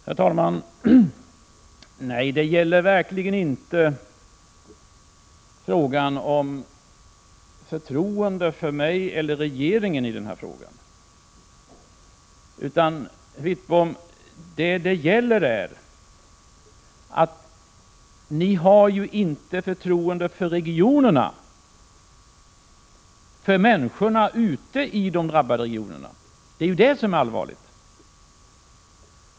Herr talman! Nej, det gäller verkligen inte förtroendet för mig eller regeringen i den här frågan. Vad det gäller, Bengt Wittbom, är att ni inte har förtroende för människorna i de drabbade regionerna, och det är allvarligt.